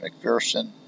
McPherson